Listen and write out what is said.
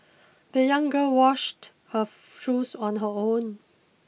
the young girl washed her shoes on her own